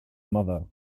mother